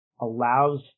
allows